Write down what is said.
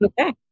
Okay